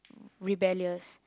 rebellious